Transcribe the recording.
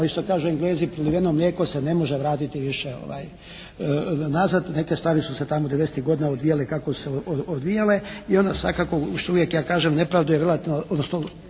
ali što kažu Englezi: «Proliveno mlijeko se ne može vratiti više nazad». Neke stvari su se tamo devedesetih godina odvijale kako su se odvijale. I onda svakako što uvijek ja kažem nepravda je relativno odnosno